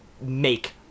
Make